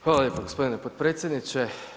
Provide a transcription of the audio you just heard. Hvala lijepo gospodine potpredsjedniče.